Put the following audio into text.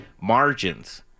margins